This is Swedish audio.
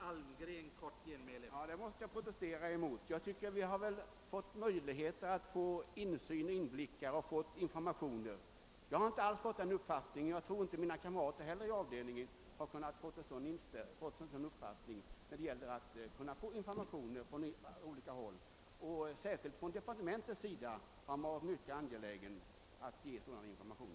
Herr talman! Jag måste protestera mot herr Erikssons i Arvika senaste påstående, ty vi har väl ändå haft möjlighet att få insyn och information. Inte heller tror jag att mina kamrater i avdelningen delar herr Erikssons uppfattning. I synnerhet har departementet varit mycket angeläget att lämna information.